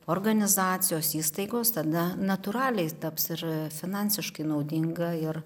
organizacijos įstaigos tada natūraliai taps ir finansiškai naudinga ir